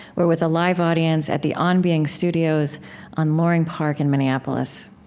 we're with a live audience at the on being studios on loring park in minneapolis